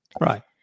right